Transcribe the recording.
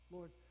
Lord